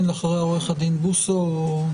במי?